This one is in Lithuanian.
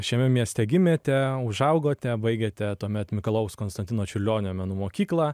šiame mieste gimėte užaugote baigėte tuomet mikalojaus konstantino čiurlionio menų mokyklą